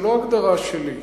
זו לא הגדרה שלי.